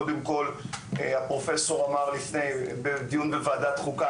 קודם כל הפרופ' אמר לפני כן בדיון בוועדת החוקה,